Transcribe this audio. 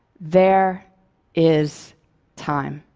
there is time.